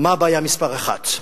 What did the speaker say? מה הבעיה מספר אחת.